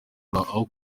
aho